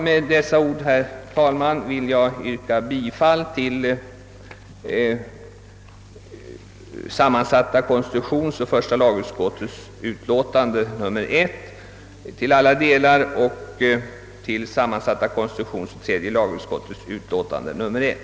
Med dessa ord, herr talman, vill jag yrka bifall till sammansatta konstitutionsoch första lagutskottets utlåtande nr 1 i alla delar och likaledes till sammansatta konstitutionsoch tredje lagutskottets utlåtande nr 1.